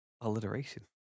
alliteration